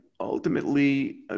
ultimately